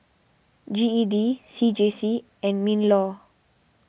G E D C J C and MinLaw